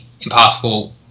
impossible